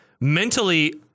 mentally